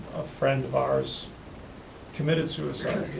a friend of ours committed suicide,